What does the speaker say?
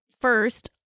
first